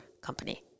company